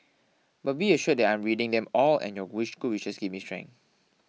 but be assured that I'm reading them all and your wish good wishes give me strength